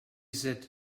said